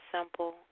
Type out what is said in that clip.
simple